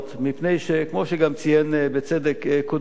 מפני שכמו שגם ציין בצדק קודמי,